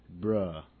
Bruh